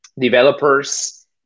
developers